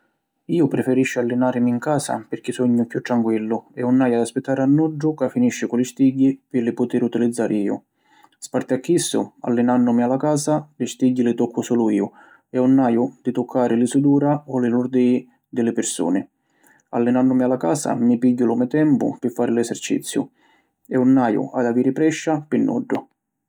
Iu preferisciu allinarimi in casa pirchì sugnu chiù tranquillu e ‘un haiu ad aspittari a nuddu ca finisci cu li stigghi pi li putiri utilizzari iu. Sparti a chissu, allinannumi a la casa li stigghi li toccu sulu iu e ‘un haiu di tuccari li sudura o li lurdî di li pirsuni. Allinannumi a la casa mi pigghiu lu me tempu pi fari lu eserciziu e ‘un haiu ad aviri prescia pi nuddu.